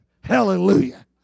Hallelujah